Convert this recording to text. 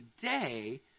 today